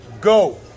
go